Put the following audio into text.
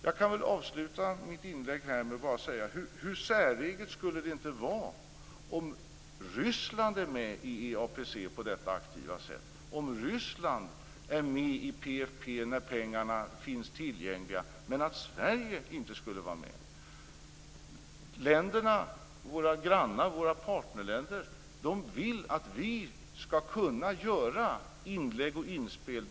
Jag kan avsluta mitt inlägg här med en undran: Hur säreget skulle det inte vara om Ryssland är med i EAPR på detta aktiva sätt, om Ryssland är med i PFF när pengarna finns tillgängliga, men att Sverige inte är med? Länderna, våra grannar, våra partnerländer, vill att vi skall kunna göra inlägg och inspel.